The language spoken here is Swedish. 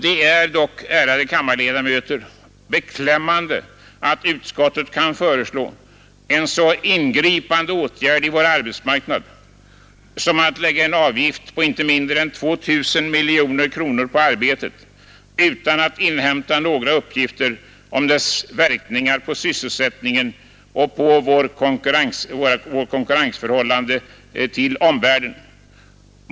Det är dock beklämmande att utskottet kan föreslå en så ingripande åtgärd i vår arbetsmarknad som att lägga en avgift på icke mindre än 2 000 miljoner kronor på arbetet utan att inhämta några uppgifter om dess verkningar på sysselsättningen och på våra konkurrensförhållanden till omvärlden.